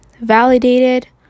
validated